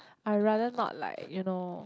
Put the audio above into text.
I rather not like you know